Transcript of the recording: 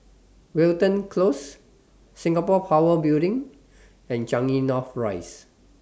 Wilton Close Singapore Power Building and Changi North Rise